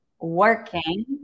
working